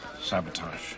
sabotage